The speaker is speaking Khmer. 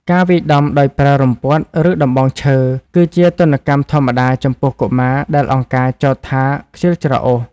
ការវាយដំដោយប្រើរំពាត់ ឬដំបងឈើ គឺជាទណ្ឌកម្មធម្មតាចំពោះកុមារដែលអង្គការចោទថា «ខ្ជិលច្រអូស»។